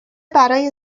برای